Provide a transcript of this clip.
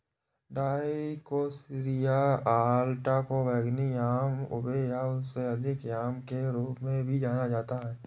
Dioscorea alata को बैंगनी yam ube या उससे अधिक याम के रूप में भी जाना जाता है